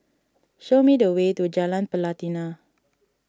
show me the way to Jalan Pelatina